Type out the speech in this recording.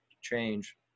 change